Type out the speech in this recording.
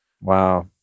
Wow